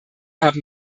haben